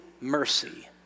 mercy